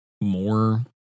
more